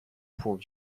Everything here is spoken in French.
points